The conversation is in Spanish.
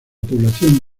población